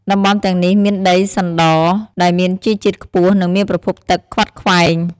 តំបន់ទាំងនេះមានដីសណ្ត ដែលមានជីជាតិខ្ពស់ និងមានប្រភពទឹកខ្វាត់ខ្វែង។